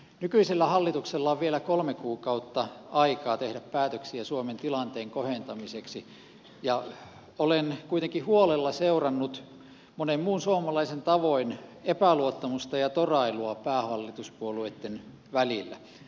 nykyisellä hallituksella on vielä kolme kuukautta aikaa tehdä päätöksiä suomen tilanteen kohentamiseksi ja olen kuitenkin huolella seurannut monen muun suomalaisen tavoin epäluottamusta ja torailua päähallituspuolueitten välillä